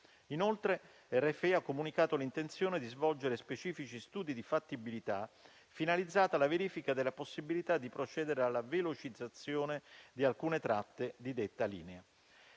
Inoltre, RFI ha comunicato l'intenzione di svolgere specifici studi di fattibilità finalizzati alla verifica della possibilità di procedere alla velocizzazione di alcune tratte di detta linea.